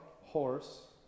horse